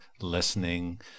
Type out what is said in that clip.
listening